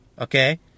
Okay